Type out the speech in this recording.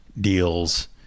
deals